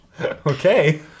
Okay